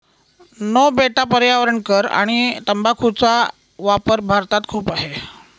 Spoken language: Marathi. नो बेटा पर्यावरण कर आणि तंबाखूचा वापर भारतात खूप आहे